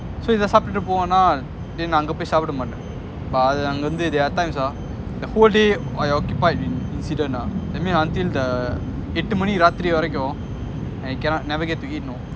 so இத சாப்புட்டுட்டு போனென்னா அங்க போய்ட்டு சாப்பிட மாட்டேன் அங்க இருந்து:itha saaputtutu ponenna anga poaitu saapida matea anga irunthu there are times ah the whole day you are occupied in incident ah that means until the எட்டு மணி ராத்திரி வரகும்:ettu mani rathiri varakum you cannot never get to eat you know